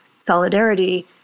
solidarity